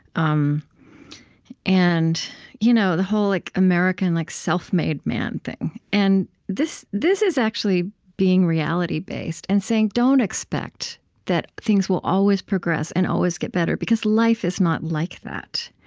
um and you know the whole, like, american like self-made man thing. and this this is actually being reality-based and saying, don't expect that things will always progress and always get better because life is not like that.